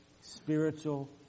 spiritual